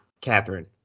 Catherine